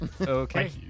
Okay